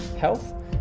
health